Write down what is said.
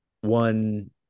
one